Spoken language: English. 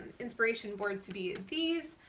inspiration board to be these.